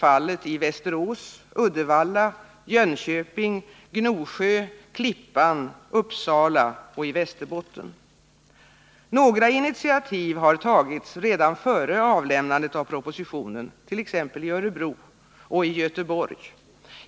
fallet i Västerås, Uddevalla, Jönköping, Gnosjö, Klippan, Uppsala och Västerbotten. Några initiativ har tagits redan före avlämnandet av propositionen, t.ex. i Örebro och i Göteborg.